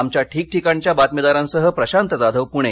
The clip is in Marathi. आमच्या ठिकठिकाणच्या बातमीदारांसह प्रशांत जाधव पुणे